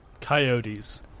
Coyotes